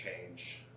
change